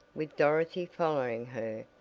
with dorothy following her,